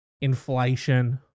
inflation